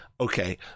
Okay